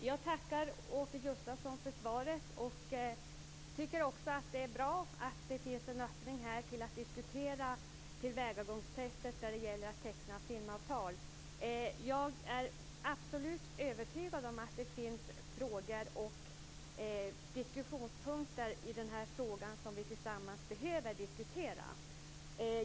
Fru talman! Jag tackar Åke Gustavsson för svaret. Jag tycker också att det är bra att det här finns en öppning för att diskutera tillvägagångssättet när det gäller att teckna filmavtal. Jag är absolut övertygad om att det finns punkter i den här frågan som vi tillsammans behöver diskutera.